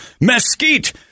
mesquite